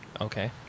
okay